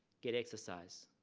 get exercise.